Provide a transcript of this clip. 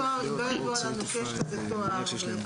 אין לנו תואר אם לא ידוע לנו שיש תואר כזה.